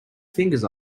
fingers